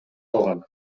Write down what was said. калган